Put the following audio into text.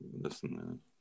Listen